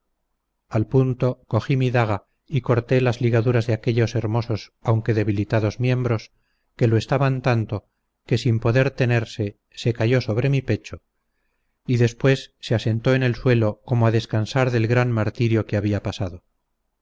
al punto cogí mi daga y corté las ligaduras de aquellos hermosos aunque debilitados miembros que lo estaban tanto que sin poder tenerse se cayó sobre mi pecho y después se asentó en el suelo como a descansar del gran martirio que había pasado